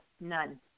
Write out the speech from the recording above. None